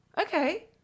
Okay